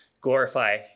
glorify